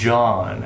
John